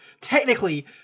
technically